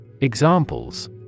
Examples